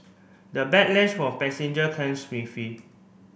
the backlash from passenger came